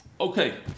Okay